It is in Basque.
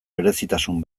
berezitasun